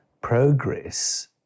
progress